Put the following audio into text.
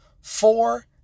Four